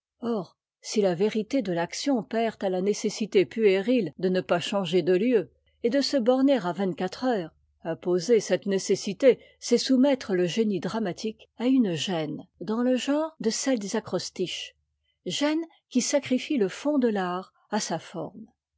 or si la vérité de l'action perd à'ta nécessite puérile de ne pas changer de lieu et de se borner à vingt-quatre heures imposer cette nécessité c'est soumettre le génie dramatique à une gêne dans le genre de celle des acrostiches gêne qui sacrifie le fond de l'art à sa forme